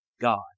God